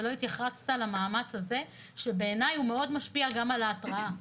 ולא התייחסת למאמץ הזה שבעיניי הוא מאוד משפיע גם על ההרתעה.